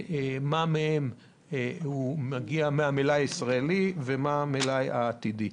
מה מהם מגיע מהמלאי הישראלי ומה המלאי העתידי?